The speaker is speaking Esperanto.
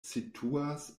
situas